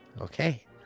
Okay